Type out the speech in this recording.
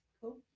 Cool